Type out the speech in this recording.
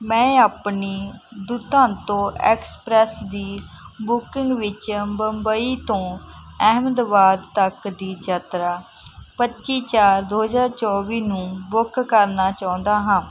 ਮੈਂ ਆਪਣੀ ਦੁਤਾਂਤੋ ਐਕਸਪ੍ਰੈੱਸ ਦੀ ਬੁਕਿੰਗ ਵਿੱਚ ਮੁੰਬਈ ਤੋਂ ਅਹਿਮਦਾਬਾਦ ਤੱਕ ਦੀ ਯਾਤਰਾ ਪੱਚੀ ਚਾਰ ਦੋ ਹਜ਼ਾਰ ਚੋਵੀ ਨੂੰ ਬੁੱਕ ਕਰਨਾ ਚਾਹੁੰਦਾ ਹਾਂ